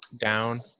down